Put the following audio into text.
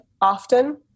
often